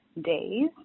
Days